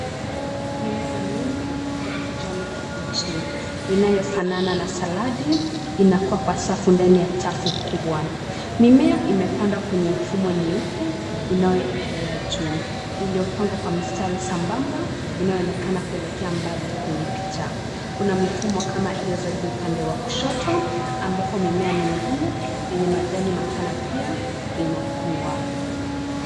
Mimea mingi, ya kijani kibichi, inayofanana na saladi, inakuwa kwa safu ndani ya chafu kubwa, mimea imepandwa kwenye mfumo nyeupe, inayoekelea juu, iliyopangwa kwa mistari sambamba, inayoonekana kuelekea mbali kwenye picha, kuna mifumo kama iyo zaidi upande wa kushoto, ambapo mimea mingine, yenye majani mapana pia, inakuwa,